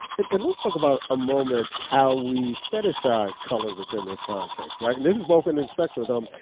but and let's talk about a moment how we fetishize color within this context. like and this is both and and ends of the um